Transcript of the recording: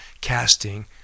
casting